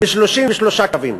ב-33 קווים.